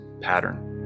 pattern